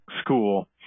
school